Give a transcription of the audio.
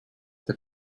der